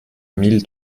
mille